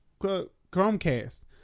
Chromecast